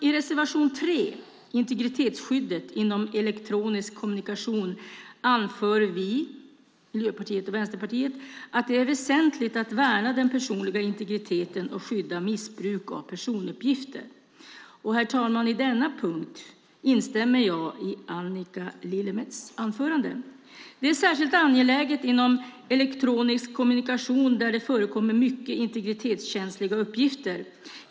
I reservation 3 om integritetsskyddet inom elektronisk kommunikation anför vi, Miljöpartiet och Vänsterpartiet, att det är väsentligt att värna den personliga integriteten och skydda missbruk av personuppgifter. I denna punkt instämmer jag i Annika Lillemets anförande, herr talman. Detta är särskilt angeläget inom elektronisk kommunikation där det förekommer mycket integritetskänsliga uppgifter.